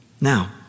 Now